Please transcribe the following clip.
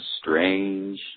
strange